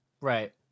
Right